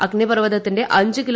അഗ്നിപർവ്വതത്തിന്റെ അഞ്ച് കി